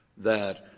that